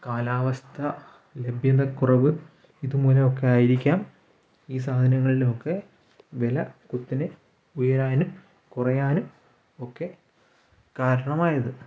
കാലാവസ്ഥ ലഭ്യതക്കുറവ് ഇതുമൂലം ഒക്കെ ആയിരിക്കാം ഈ സാധനങ്ങളിലൊക്കെ വില കുത്തനെ ഉയരാനും കുറയാനും ഒക്കെ കാരണമായത്